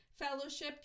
fellowship